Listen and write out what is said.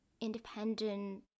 independent